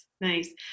nice